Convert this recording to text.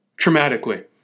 traumatically